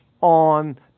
on